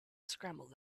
scrambled